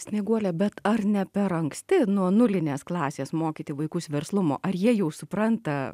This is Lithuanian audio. snieguolė bet ar ne per anksti nuo nulinės klasės mokyti vaikus verslumo ar jie jau supranta